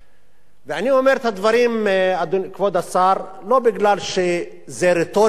אני אומר את הדברים לא מפני שזה רטורי להגיד ככה